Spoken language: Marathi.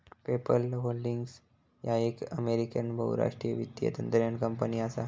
पेपल होल्डिंग्स ह्या एक अमेरिकन बहुराष्ट्रीय वित्तीय तंत्रज्ञान कंपनी असा